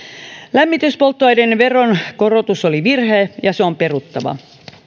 lämmityspolttoaineiden veronkorotus oli virhe ja se on peruttava